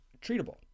treatable